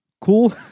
Cool